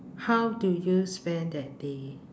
how do you spend that day